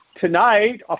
tonight